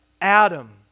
Adam